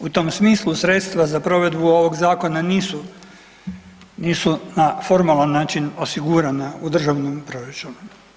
U tom smislu sredstva za provedbu ovog zakona nisu, nisu na formalan način osigurana u državnom proračunu.